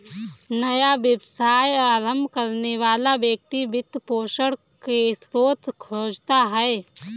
नया व्यवसाय आरंभ करने वाला व्यक्ति वित्त पोषण की स्रोत खोजता है